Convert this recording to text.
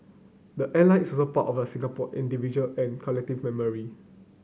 the airline is also part of the Singapore individual and collective memory